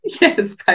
yes